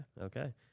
Okay